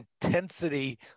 intensity